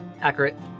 Accurate